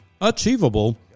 achievable